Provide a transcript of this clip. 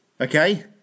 okay